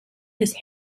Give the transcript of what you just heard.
his